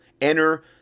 Enter